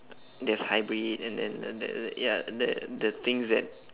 there's hybrid and then the the the ya the the things that